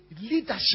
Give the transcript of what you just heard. leadership